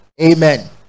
amen